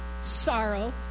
sorrow